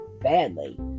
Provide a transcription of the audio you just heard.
badly